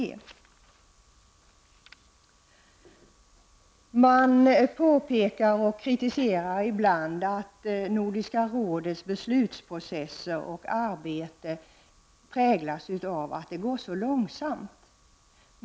Man påpekar ibland att Nordiska rådets beslutsprocesser och arbete präglas av att arbetet går långsamt.